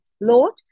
Lord